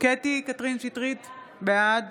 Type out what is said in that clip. בעד